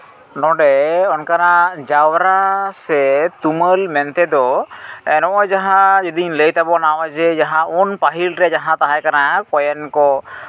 ᱱᱚᱸᱰᱮ ᱚᱱᱠᱟᱱᱟᱜ ᱡᱟᱣᱨᱟ ᱥᱮ ᱛᱩᱢᱟᱹᱞ ᱢᱮᱱᱛᱮ ᱫᱚ ᱱᱚᱜᱼᱚᱭ ᱡᱟᱦᱟᱸ ᱡᱩᱫᱤᱧ ᱞᱟᱹᱭ ᱛᱟᱵᱚᱱᱟ ᱱᱚᱜᱼᱚᱭ ᱡᱮ ᱩᱱ ᱯᱟᱹᱦᱤᱞ ᱨᱮ ᱡᱟᱦᱟᱸ ᱛᱟᱦᱮᱸ ᱠᱟᱱᱟ ᱠᱚᱭᱮᱱ ᱠᱚ